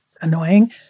annoying